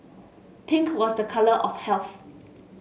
pink was a colour of health